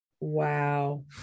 Wow